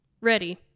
ready